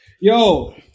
Yo